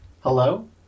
Hello